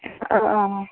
অঁ অঁ